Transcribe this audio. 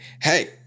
hey